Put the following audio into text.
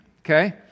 okay